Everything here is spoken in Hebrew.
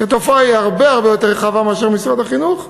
כי התופעה היא הרבה יותר רחבה מאשר משרד החינוך,